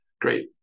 Great